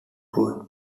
code